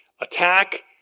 Attack